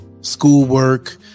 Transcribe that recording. Schoolwork